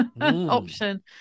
option